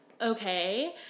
okay